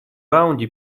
раунде